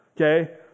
okay